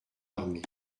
armée